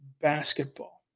Basketball